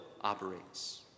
operates